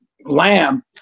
Lamb